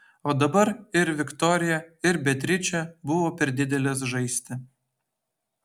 o dabar ir viktorija ir beatričė buvo per didelės žaisti